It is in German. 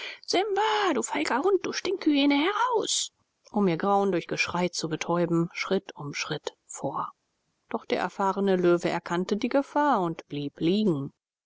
simba du feiger hund du stinkhyäne heraus um ihr grauen durch geschrei zu betäuben schritt um schritt vor doch der erfahrene löwe erkannte die gefahr und blieb liegen